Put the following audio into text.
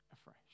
afresh